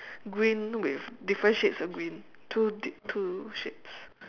green with different shades of green two di~ two shades